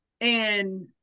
and-